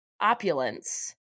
opulence